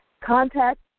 contact